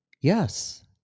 yes